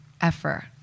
effort